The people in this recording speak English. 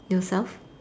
yourself